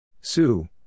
Sue